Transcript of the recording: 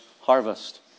Harvest